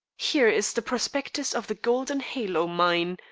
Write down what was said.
here is the prospectus of the golden halo mine,